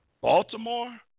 Baltimore